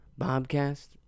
Bobcast